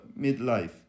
midlife